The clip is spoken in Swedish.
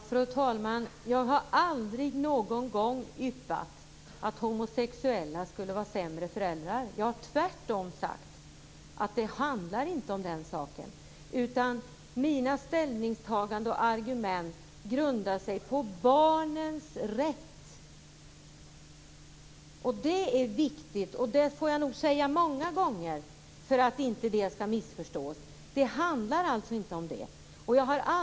Fru talman! Jag har aldrig någonsin yppat att homosexuella skulle vara sämre föräldrar. Jag har tvärtom sagt att det inte handlar om den saken. Mina ställningstaganden och argument grundas på barnens rätt. Detta är viktigt men det får jag nog säga många gånger för att det inte skall missförstås. Det handlar alltså inte om att homosexuella skulle vara sämre föräldrar.